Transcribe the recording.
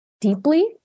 deeply